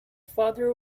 father